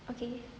okay